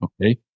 okay